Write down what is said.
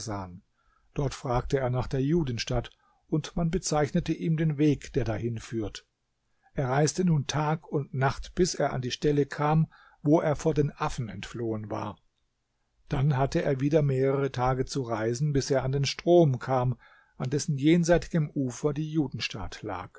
dort fragte er nach der judenstadt und man bezeichnete ihm den weg der dahin führt er reiste nun tag und nacht bis er an die stelle kam wo er vor den affen entflohen war dann hatte er wieder mehrere tage zu reisen bis er an den strom kam an dessen jenseitigem ufer die judenstadt lag